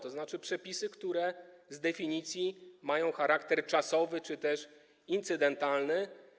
Są to przepisy, które z definicji mają charakter czasowy czy też incydentalny.